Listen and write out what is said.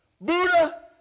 Buddha